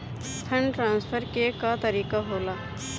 Fund transfer के का तरीका होला?